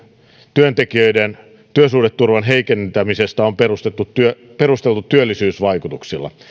työntekijöiden työsuhdeturvan heikentämisestä on perusteltu työllisyysvaikutuksilla